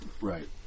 Right